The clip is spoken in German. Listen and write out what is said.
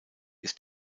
ist